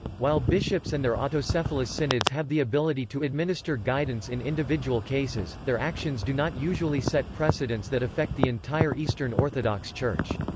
while bishops and their autocephalous synods have the ability to administer guidance in individual cases, their actions do not usually set precedents that affect the entire eastern orthodox church.